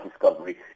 discovery